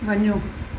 वञो